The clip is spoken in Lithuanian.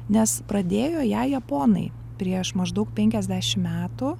nes pradėjo ją japonai prieš maždaug penkiasdešim metų